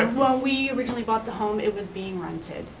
um when we originally bought the home it was being rented.